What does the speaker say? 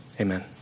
Amen